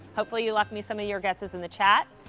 hopefully you left me some of your guesses in the chat.